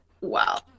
wow